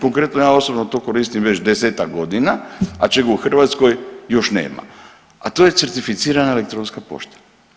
Konkretno ja osobno to koristim već desetak godina, a čega u Hrvatskoj još nema, a to je certificirana elektronska pošta.